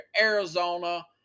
Arizona